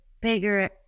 bigger